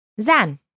Zan